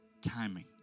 timing